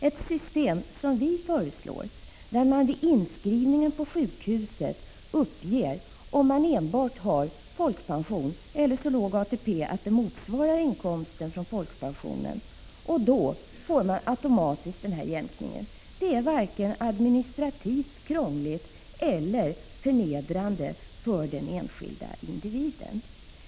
Ett system som vi föreslår — där man vid inskrivningen på sjukhuset uppger om man enbart har folkpension eller så låg ATP att den motsvarar inkomsten från folkpensionen, och då automatiskt får jämkning — är varken administrativt krångligt eller förnedrande för den enskilda individen.